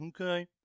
okay